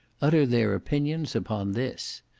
utter their opinions upon this.